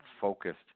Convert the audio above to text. focused